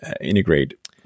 integrate